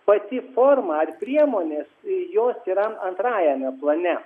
pati forma ar priemonės jos yra antrajame plane